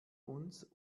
uns